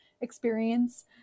experience